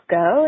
go